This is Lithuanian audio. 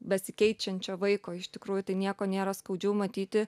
besikeičiančio vaiko iš tikrųjų tai nieko nėra skaudžiau matyti